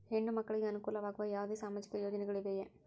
ಹೆಣ್ಣು ಮಕ್ಕಳಿಗೆ ಅನುಕೂಲವಾಗುವ ಯಾವುದೇ ಸಾಮಾಜಿಕ ಯೋಜನೆಗಳಿವೆಯೇ?